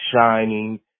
shining